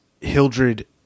Hildred